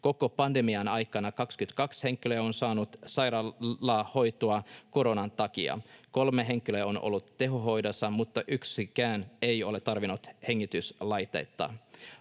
Koko pandemian aikana 22 henkilöä on saanut sairaalahoitoa koronan takia. Kolme henkilöä on ollut tehohoidossa, mutta yksikään ei ole tarvinnut hengityslaitetta.